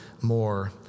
more